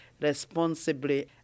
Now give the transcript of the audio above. responsibly